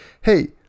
hey